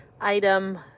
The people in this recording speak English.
item